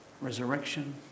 resurrection